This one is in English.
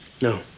No